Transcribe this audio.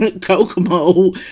kokomo